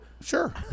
Sure